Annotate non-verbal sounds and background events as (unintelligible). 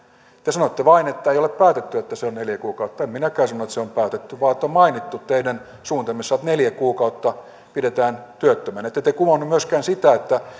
väärin te sanoitte vain että ei ole päätetty että se on neljä kuukautta en minäkään sano että se on päätetty vaan että on mainittu teidän suunnitelmissanne että neljä kuukautta pidetään työttömänä ette te kuvannut myöskään sitä että (unintelligible)